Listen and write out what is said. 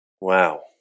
Wow